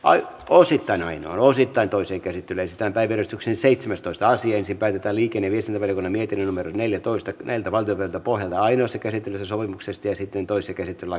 ai osittain on osittain toisen kertyneistä päivystyksen seitsemästoista asiointipäiviltä liikenee myös olevan eniten numero neljä toistakymmentä valtionvelka pohjimmainen sikäli tasoituksesta lakiehdotusten toinen käsittely päättyi